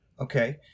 Okay